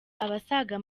abasaga